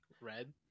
red